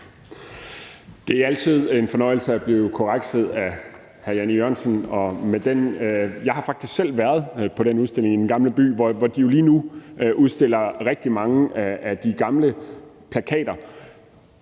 Det er altid en fornøjelse at blive korrekset af hr. Jan E. Jørgensen. Jeg har faktisk selv været på den udstilling i Den Gamle By, hvor de jo lige nu udstiller rigtig mange af de gamle plakater.